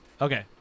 Okay